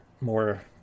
more